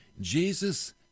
Jesus